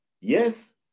yes